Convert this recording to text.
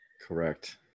Correct